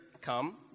come